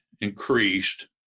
increased